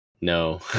No